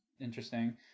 interesting